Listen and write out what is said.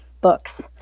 books